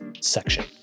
section